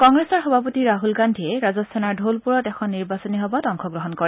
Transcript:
কংগ্ৰেছৰ সভাপতি ৰাখল গান্ধীয়ে ৰাজস্থানৰ ঢোলপুৰত এখন নিৰ্বাচনী সভাত অংশগ্ৰহণ কৰে